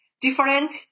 different